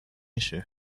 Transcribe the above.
issue